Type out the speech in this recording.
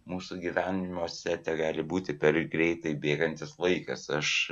mūsų gyvenimuose tegali būti per greitai bėgantis laikas aš